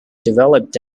developed